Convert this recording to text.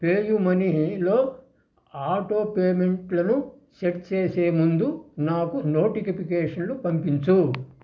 పేయూమనీలో auto పేమెంట్లను set చేసే ముందు నాకు నోటికిపికేషన్లు పంపించు